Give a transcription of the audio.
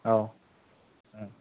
औ